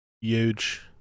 huge